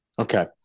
Okay